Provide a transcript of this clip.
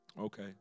Okay